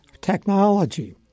technology